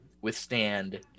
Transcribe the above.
withstand